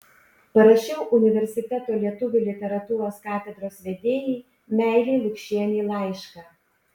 parašiau universiteto lietuvių literatūros katedros vedėjai meilei lukšienei laišką